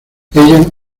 ella